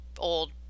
old